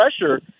pressure